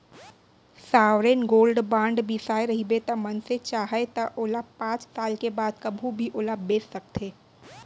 sovereign gold bond बिसाए रहिबे त मनसे चाहय त ओला पाँच साल के बाद कभू भी ओला बेंच सकथे